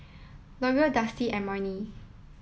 Leora Dusty and Marni